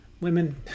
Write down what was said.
Women